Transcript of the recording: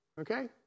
Okay